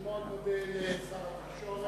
אני מודה מאוד לשר התקשורת.